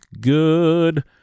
good